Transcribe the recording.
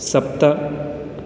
सप्त